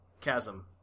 chasm